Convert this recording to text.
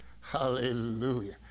Hallelujah